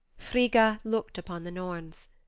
frigga looked upon the norns.